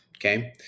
Okay